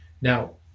Now